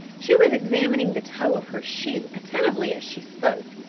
she was examining the toe of her shoe attentively as she spoke,